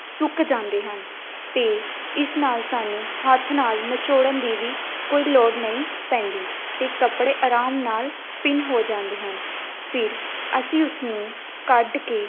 ਸੁੱਕ ਜਾਂਦੇ ਹਨ ਅਤੇ ਇਸ ਨਾਲ ਸਾਨੂੰ ਹੱਥ ਨਾਲ ਨਿਚੋੜਨ ਦੀ ਵੀ ਕੋਈ ਲੋੜ ਨਹੀਂ ਪੈਂਦੀ ਅਤੇ ਕੱਪੜੇ ਆਰਾਮ ਨਾਲ ਸਪਿਨ ਹੋ ਜਾਂਦੇ ਹਨ ਫਿਰ ਅਸੀਂ ਉਸਨੂੰ ਕੱਢ ਕੇ